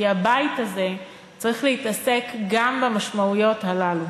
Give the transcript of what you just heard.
כי הבית הזה צריך להתעסק גם במשמעויות הללו.